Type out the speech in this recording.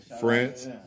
France